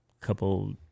couple